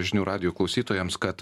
žinių radijų klausytojams kad